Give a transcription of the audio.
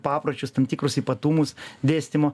papročius tam tikrus ypatumus dėstymo